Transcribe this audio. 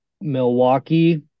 Milwaukee